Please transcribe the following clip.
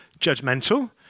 judgmental